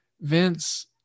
Vince